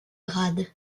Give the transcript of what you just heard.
grade